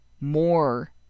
more